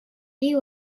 riz